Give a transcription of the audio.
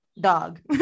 dog